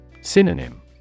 Synonym